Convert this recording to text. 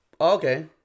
Okay